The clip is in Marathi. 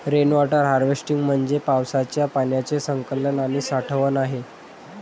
रेन वॉटर हार्वेस्टिंग म्हणजे पावसाच्या पाण्याचे संकलन आणि साठवण आहे